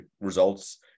results